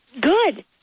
good